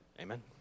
amen